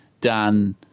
Dan